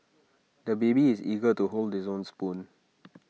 the baby is eager to hold his own spoon